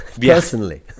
personally